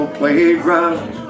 playground